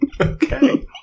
Okay